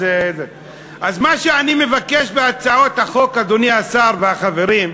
אז מה שאני מבקש בהצעות החוק, אדוני השר והחברים,